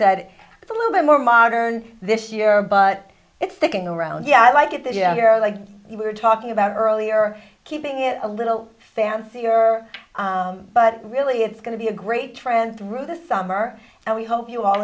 said it's a little bit more modern this year but it's sticking around yeah i like it that younger like you were talking about earlier keeping it a little fancier but really it's going to be a great trend through the summer and we hope you all